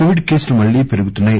Covid కేసులు మళ్లీ పెరుగుతున్నాయి